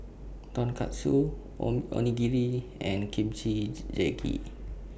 Tonkatsu on Onigiri and Kimchi Jjigae